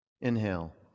Inhale